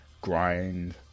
grind